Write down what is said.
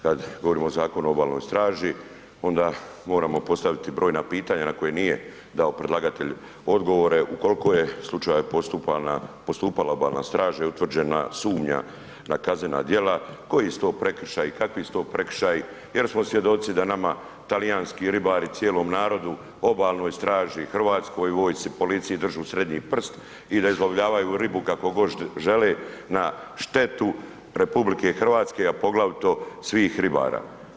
Kada govorimo o Zakonu o Obalnoj straži onda moramo postaviti brojna pitanja na koja nije dao predlagatelj odgovore u koliko je slučajeva postupala obalna straža i utvrđena sumnja na kaznena djela, koji su to prekršaji, kakvi su to prekršaji jer smo svjedoci da nama talijanski ribari, cijelom narodu, obalnoj straži, hrvatskoj vojsci, policiji držu srednji prst i da izlovljavaju ribu kako god žele na štetu RH, a poglavito svih ribara.